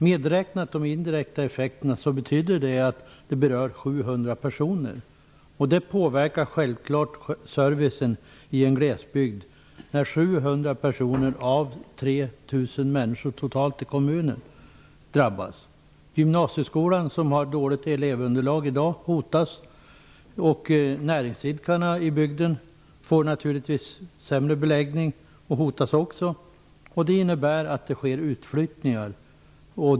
Medräknat de indirekta effekterna betyder det att det berör 700 personer. Det påverkar självfallet servicen i en glesbygd när 700 av totalt 3 000 människor i kommunen drabbas. Gymnasieskolan -- som har dåligt elevunderlag i dag -- hotas, och näringsidkarna i bygden får naturligtvis sämre beläggning och hotas också. Det innebär att det sker utflyttningar.